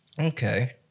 Okay